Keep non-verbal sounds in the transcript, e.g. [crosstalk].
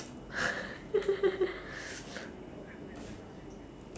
[laughs]